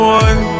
one